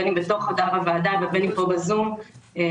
בין אם בתוך חדש הוועדה ובין אם כאן ב-זום כי